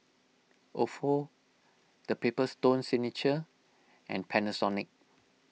Ofo the Paper Stone Signature and Panasonic